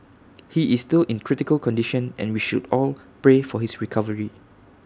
he is still in critical condition and we should all pray for his recovery